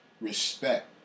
respect